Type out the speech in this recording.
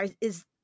is-